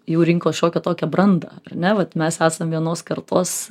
jau rinkos šiokią tokią brandą ar ne vat mes esam vienos kartos